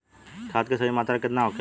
खाद्य के सही मात्रा केतना होखेला?